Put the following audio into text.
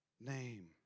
name